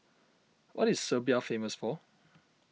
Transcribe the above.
what is Serbia famous for